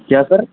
क्या सर